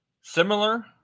similar